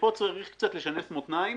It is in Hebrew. ופה צריך לשנס מותניים,